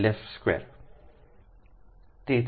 8 LD2